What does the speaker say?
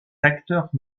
acteurs